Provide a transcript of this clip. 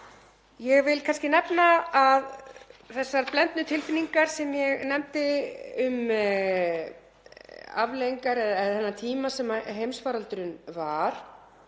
Ég vil kannski nefna að þessar blendnu tilfinningar sem ég nefndi um þennan tíma sem heimsfaraldurinn var,